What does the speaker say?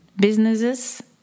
businesses